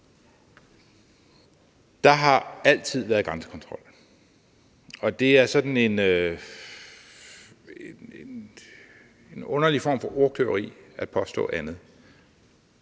Der har altid været grænsekontrol, og det er sådan en underlig form for ordkløveri at påstå andet.